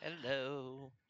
Hello